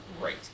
great